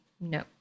no